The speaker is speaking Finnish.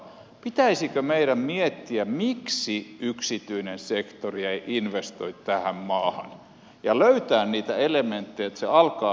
pitäisikö meidän miettiä miksi yksityinen sektori ei investoi tähän maahan ja löytää niitä elementtejä että se alkaa investoimaan